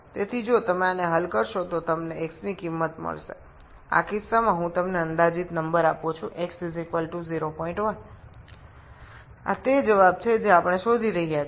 এই ক্ষেত্রে আমি আপনাকে আনুমানিক সংখ্যা দেব x ≈ 01 এই উত্তরটি আমরা খুঁজছি